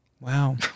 Wow